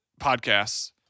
podcasts